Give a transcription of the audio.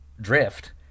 Drift